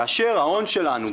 כאשר ההון שלנו,